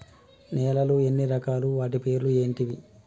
నేలలు ఎన్ని రకాలు? వాటి పేర్లు ఏంటివి?